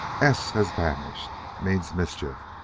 s has vanished. means mischief.